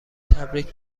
تبریک